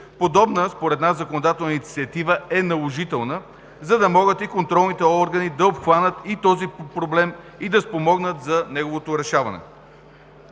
нас подобна законодателна инициатива е наложителна, за да могат контролните органи да обхванат този проблем и да спомогнат за неговото решаване.